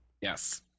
Yes